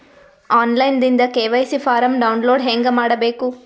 On line ದಿಂದ KYC form download ಹೇಂಗ ಮಾಡಬೇಕು?